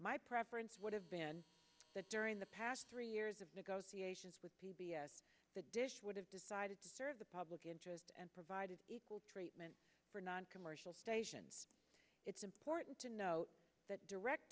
my preference would have been that during the past three years of negotiations with p b s the dish would have decided to serve the public interest and provided equal treatment for non commercial stations it's important to note that direct